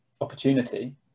opportunity